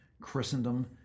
christendom